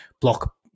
block